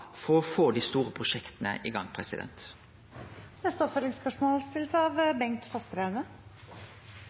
for å få dei store prosjekta i gang. Bengt Fasteraune – til oppfølgingsspørsmål.